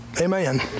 Amen